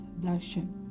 darshan